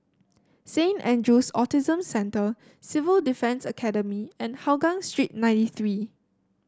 Saint Andrew's Autism Centre Civil Defence Academy and Hougang Street nine three